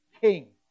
king